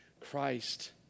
Christ